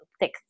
thick